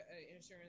insurance